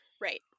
Right